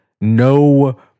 no